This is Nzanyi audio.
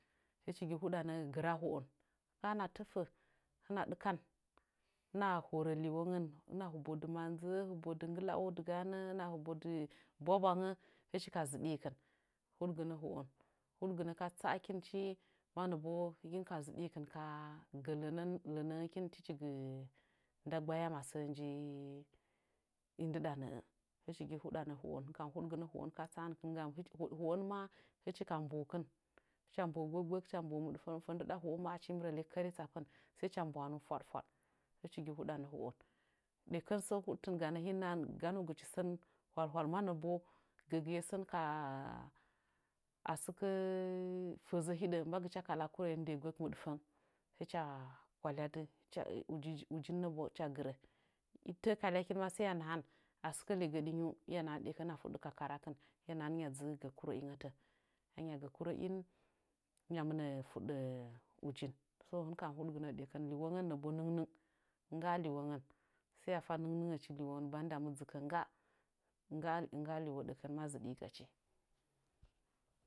Hɨchi gi huɗanə gɨra ho'on. A hɨna tətə, hɨna ɗɨkan, hɨna horə, hwongən hɨbo dɨ manzəhə, hɨbo dɨ nggɨla'o, hɨna hɨbo dɨ bwabwangə, hɨchi ka zɨɗiikɨn. Huɗgɨnə ho'o, huɗgɨnə ka tsa'akinchi, mannə tsu nɨkin ka zɨɗiikɨn ka lənə ka gə lənən dɨkin. Hɨkin tɨkin gɨ nda gbaya ma nəə. Hɨchi gi huɗanə ho'on. Hɨn kam huɗgɨnə ho'on kuma hɨchi ka mbonəkɨn, hɨcha mbohə gbəkgbək, hɨcha mbohə mɨəfəng, ndɨɗa ho'o maa achi mɨ rə lekəri tsappən, hɨcha mbwahanuu fwaɗfwaɗ. Hɨchi gi huɗanə ho'o. Ɗekən tsu ma gi huɗɨɨn ganə, ganuu gɨchi sən hwalhwal mannə bo, gəgɨyə sən kaa, a sɨkə fəzə hiɗə mbagɨcha kalakɨn kurə in nde gbək, mɨɗfəng hɨcha kwakwalyadɨ. Hɨcha, ujiujin nə tsu hɨcha gɨrə, i tə'ə kalyakin nə maa sai hiya nahan a sɨkə legɨɗi nyiu hiya nahan hɨnyi ka kakarin, hɨnya kala kurə'in. Hɨnya mɨnə fuɗɗə ujin. Hɨn kam huɗgɨnə ɗəkin. Lwongən nə bo nɨn gnɨng. Ngga liwongən banda mɨ dzɨkə ngga. Hɨchi gi zɨdiigachi.